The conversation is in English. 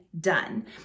done